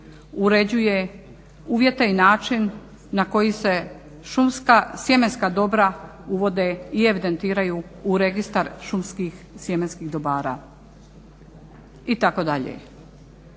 uređuje uvjete i način na koji se šumska, sjemenska dobra uvode i evidentiraju u registar šumskih sjemenskih dobara,